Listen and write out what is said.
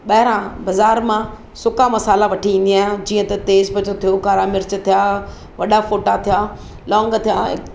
ॿाहिरां बज़ार मां सुका मसाल्हा वठी ईंदी आहियां जींअ त तेजपतो थियो कारा मिर्च थिया वॾा फ़ोटा थिया लौंग थिया